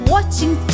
Watching